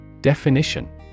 Definition